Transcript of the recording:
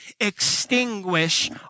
Extinguish